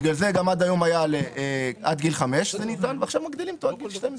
דרך אגב, מענקי עבודה,